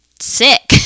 sick